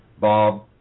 Bob